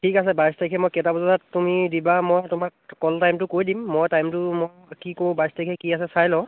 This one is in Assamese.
ঠিক আছে বাইছ তাৰখে মই কেইটা বজাত তুমি দিবা মই তোমাক কল টাইমটো কৈ দিম মই টাইমটো মই কি কৰো বাইছ তাৰিখে কি আছে চাই লওঁ